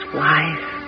wife